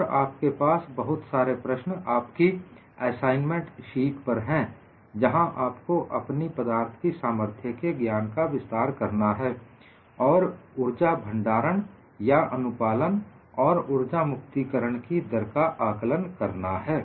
और आपके पास बहुत सारे प्रश्न आपकी असाइनमेंट सीट पर है जहां आपको अपनी पदार्थों की सामर्थ्य के ज्ञान का विस्तार करना है और ऊर्जा भंडारण या अनुपालन और उर्जा मुक्तिकरण की दर का आकलन करना है